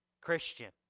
Christian